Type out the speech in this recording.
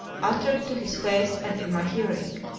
uttered to his face and in my hearing.